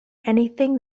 anything